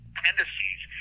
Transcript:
tendencies